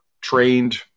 trained